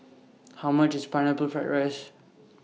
How much IS Pineapple Fried Rice